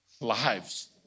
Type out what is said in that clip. lives